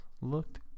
looked